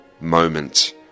moment